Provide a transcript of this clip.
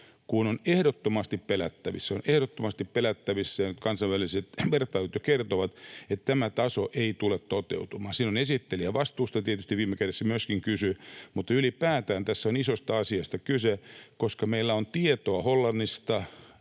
— on ehdottomasti pelättävissä — ja nyt kansainväliset vertailut jo kertovat, että tämä taso ei tule toteutumaan. Siinä on esittelijän vastuusta tietysti viime kädessä myöskin kyse, mutta ylipäätään tässä on kyse isosta asiasta, koska meillä on tietoa Hollannista,